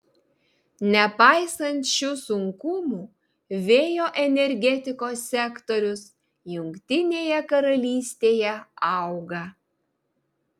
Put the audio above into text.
nepaisant šių sunkumų vėjo energetikos sektorius jungtinėje karalystėje auga